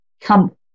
come